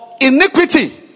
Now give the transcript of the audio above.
Iniquity